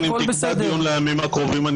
אם תקבע דיון לימים הקרובים,